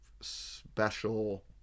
special